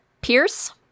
Pierce